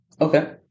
Okay